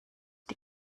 die